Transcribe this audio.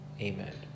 amen